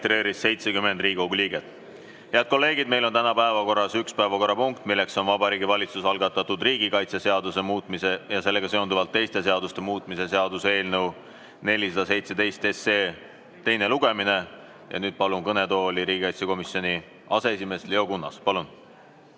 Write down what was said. Head kolleegid, meil on täna päevakorras üks päevakorrapunkt, milleks on Vabariigi Valitsuse algatatud riigikaitseseaduse muutmise ja sellega seonduvalt teiste seaduste muutmise seaduse eelnõu 417 teine lugemine. Palun kõnetooli riigikaitsekomisjoni aseesimehe Leo Kunnase. Palun!